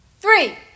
three